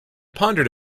pondered